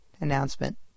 Announcement